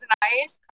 nice